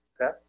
Okay